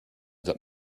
that